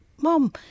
Mom